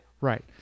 right